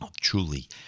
truly